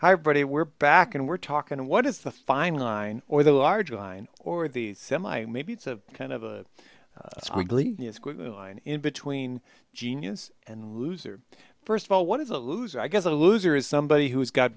hi brody we're back and we're talking what is the fine line or the large line or the semi maybe it's a kind of a line in between genius and loser first of all what is a loser i guess a loser is somebody who's got